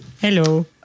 Hello